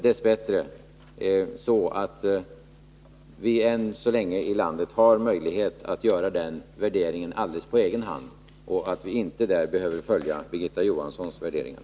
Dess bättre har vi än så länge här i landet möjlighet att göra den värderingen alldeles på egen hand, och vi behöver inte följa Birgitta Johanssons värderingar.